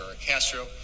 Castro